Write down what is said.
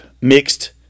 mixed